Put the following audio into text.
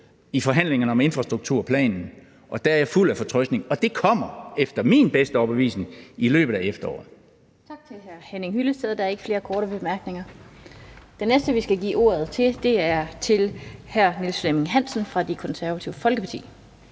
i forhandlingerne om infrastrukturplanen, og der er jeg fuld af fortrøstning. De kommer efter min bedste overbevisning i løbet af efteråret.